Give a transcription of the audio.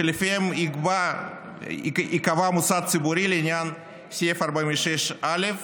שלפיהם ייקבע מוסד ציבורי לעניין סעיף 46(א)